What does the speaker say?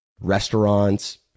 restaurants